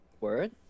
Word